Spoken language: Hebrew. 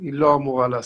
היא לא אמורה לעסוק.